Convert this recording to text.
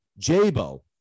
Jabo